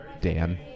Dan